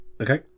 Okay